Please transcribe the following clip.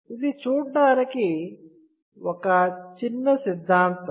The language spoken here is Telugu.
ఇది చూడడానికి ఒక చిన్న సిద్ధాంతం